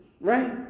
Right